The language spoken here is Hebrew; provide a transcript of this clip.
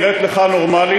נראית לך נורמלית?